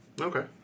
okay